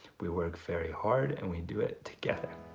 we work very hard and we do it together.